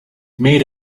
made